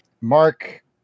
Mark